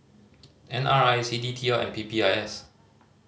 N R I C D T L and P P I S